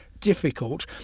difficult